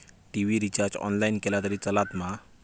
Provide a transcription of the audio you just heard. TV recharge online केला तरी चलात मा?